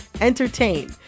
entertain